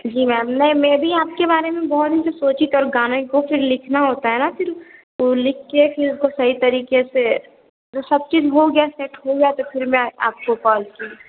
जी ma'am नहीं मैं भी आपके बारे में बहुत दिन से सोची कल गाने को फ़िर लिखना होता है ना फ़िर उ लिखकर फ़िर उसको सही तरीके से जब सब चीज़ हो गया सेट हो जाए तो फ़िर मैं आपको कॉल की